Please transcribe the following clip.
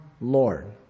Lord